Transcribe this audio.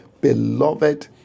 beloved